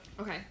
Okay